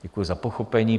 Děkuji za pochopení.